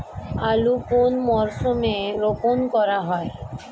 আলু কোন মরশুমে রোপণ করা হয়?